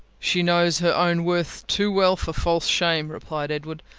she knows her own worth too well for false shame, replied edward.